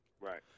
Right